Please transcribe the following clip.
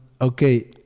Okay